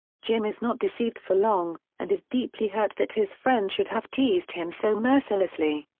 jim is not deceived for long, and is deeply hurt that his friend should have teased him so mercilessly.